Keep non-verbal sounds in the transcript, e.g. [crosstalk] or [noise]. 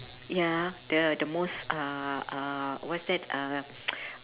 ya the the most uh uh what's that uh [noise]